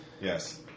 Yes